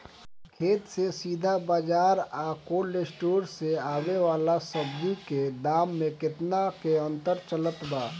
खेत से सीधा बाज़ार आ कोल्ड स्टोर से आवे वाला सब्जी के दाम में केतना के अंतर चलत बा?